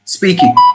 speaking